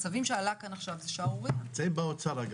הצווים שעלה כאן עכשיו זה שערורייה, נמצאים באוצר.